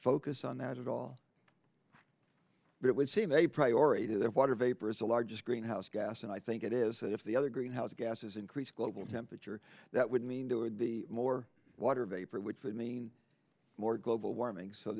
focus on that at all but it would seem a priority to their water vapor is the largest greenhouse gas and i think it is if the other greenhouse gases increase global temperature that would mean two would be more water vapor which would mean more global warming so